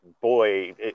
boy